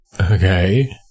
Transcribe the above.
Okay